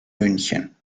münchen